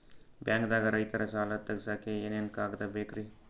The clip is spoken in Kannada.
ಬ್ಯಾಂಕ್ದಾಗ ರೈತರ ಸಾಲ ತಗ್ಸಕ್ಕೆ ಏನೇನ್ ಕಾಗ್ದ ಬೇಕ್ರಿ?